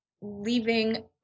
leaving